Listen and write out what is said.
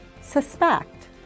suspect